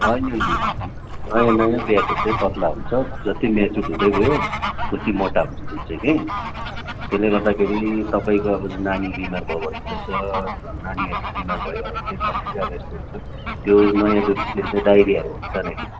होइन होइन होइन नयाँ नयाँ ब्याएको चाहिँ पत्ला हुन्छ जति मेच्योर हुँदै गयो उति मोटा हुन्छ दुध चाहिँ कि त्यसले गर्दाखेरि तपाईँको अब जुन नानी बिमार भयो भन्नुहुँदैछ नानीहरू बिमार भयो हेनतेन भन्ने चाहिँ अब यस्तो हुन्छ त्यो नयाँ दुधले चाहिँ डाइरियाहरू हुन्छ नै